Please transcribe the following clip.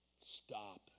stop